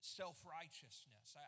self-righteousness